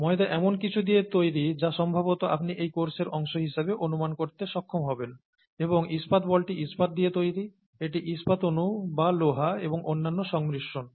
ময়দা এমন কিছু দিয়ে তৈরি যা সম্ভবত আপনি এই কোর্সের অংশ হিসাবে অনুমান করতে সক্ষম হবেন এবং ইস্পাত বলটি ইস্পাত দিয়ে তৈরি এটি ইস্পাত অণু বা লোহা এবং অন্যান্য সংমিশ্রণ